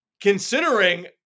considering